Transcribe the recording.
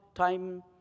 time